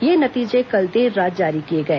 ये नतीजे कल देर रात जारी किए गए